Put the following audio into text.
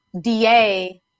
DA